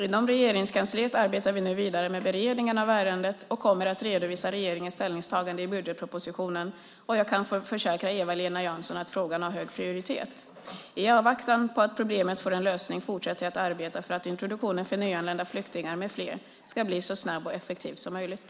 Inom Regeringskansliet arbetar vi nu vidare med beredningen av ärendet och kommer att redovisa regeringens ställningstagande i budgetpropositionen, och jag kan försäkra Eva-Lena Jansson att frågan har hög prioritet. I avvaktan på att problemet får en lösning fortsätter jag att arbeta för att introduktionen för nyanlända flyktingar med flera ska bli så snabb och effektiv som möjligt.